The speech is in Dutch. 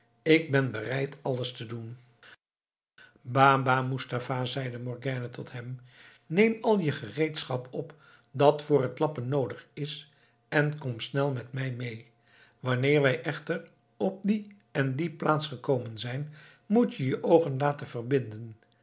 ik ben bereid alles te doen baba moestapha zeide morgiane tot hem neem al je gereedschap op dat voor t lappen noodig is en kom snel met mij mee wanneer wij echter op die en die plaats gekomen zijn moet je je de oogen laten verbinden